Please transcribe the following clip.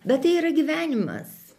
bet tai yra gyvenimas